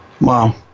Wow